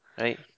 Right